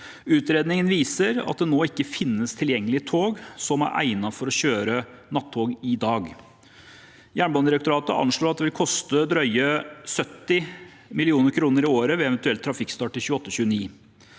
Utredningen viser at det nå ikke finnes tilgjengelige tog som er egnet for å kjøre nattog i dag. Jernbanedirektoratet anslår at det vil koste drøye 70 mill. kr i året ved eventuell trafikkstart i 2028–2029.